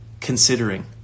considering